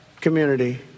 community